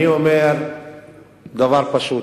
אני אומר דבר פשוט: